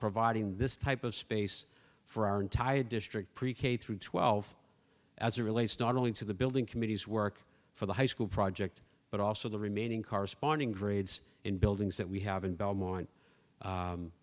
providing this type of space for our entire district pre k through twelve as a relay start owing to the building committee's work for the high school project but also the remaining corresponding grades in buildings that we have in belmont